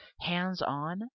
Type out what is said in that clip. hands-on